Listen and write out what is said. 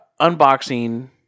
unboxing